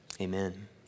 Amen